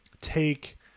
take